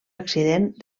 accident